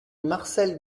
marcel